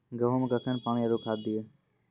गेहूँ मे कखेन पानी आरु खाद दिये?